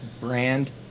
brand